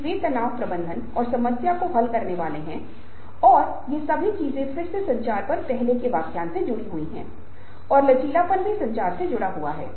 समान प्रयोगशाला में शिक्षा के अनुभव और योग्यता के समान स्तर के साथ और एक ही बुनियादी ढांचे के साथ कुछ वैज्ञानिक अपने सहयोगियों से आगे क्यों निकलते हैं क्यों कुछ कर्मचारी समान परिचालन स्थितियों के तहत अपने साथियों से भी अधिक प्रदर्शन करते हैं